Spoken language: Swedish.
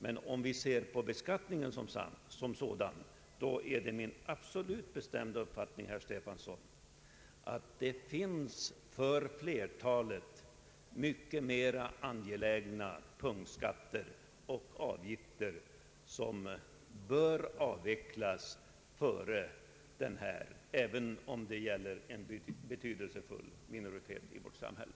Men om vi ser på beskattningen som sådan är det min absolut bestämda uppfattning att det finns punktskatter och avgifter vilkas avskaffande är mycket angelägnare för flertalet än dessa, även om det gäller en betydelsefull minoritet i vårt samhälle.